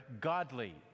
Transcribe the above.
godly